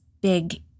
big